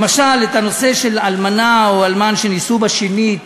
למשל הנושא של אלמנה או אלמן שנישאו בשנית,